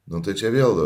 nu tai čia vėl